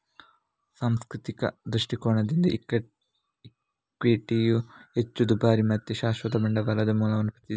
ಸಾಂಸ್ಥಿಕ ದೃಷ್ಟಿಕೋನದಿಂದ ಇಕ್ವಿಟಿಯು ಹೆಚ್ಚು ದುಬಾರಿ ಮತ್ತೆ ಶಾಶ್ವತ ಬಂಡವಾಳದ ಮೂಲವನ್ನ ಪ್ರತಿನಿಧಿಸ್ತದೆ